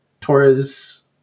Torres